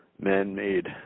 man-made